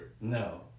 No